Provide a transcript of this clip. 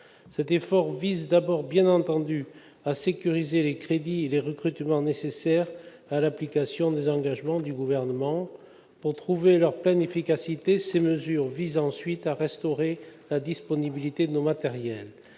Cet effort vise d'abord, bien entendu, à sécuriser les crédits et les recrutements nécessaires à l'application des engagements du Gouvernement. Pour trouver leur pleine efficacité, ces mesures tendent ensuite à restaurer la disponibilité de nos matériels.